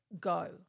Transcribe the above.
go